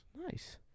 Nice